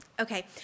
Okay